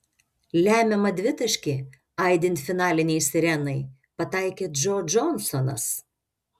lemiamą dvitaškį aidint finalinei sirenai pataikė džo džonsonas